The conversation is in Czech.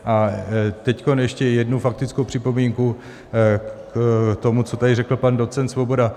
A teď ještě jednu faktickou připomínku k tomu, co tady řekl pan docent Svoboda.